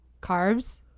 carbs